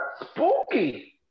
spooky